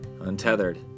Untethered